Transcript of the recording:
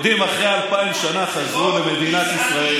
היהודים אחרי אלפיים שנה חזרו למדינת ישראל.